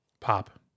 Pop